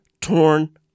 torn